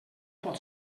pot